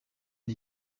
une